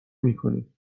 میکنیم